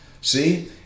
see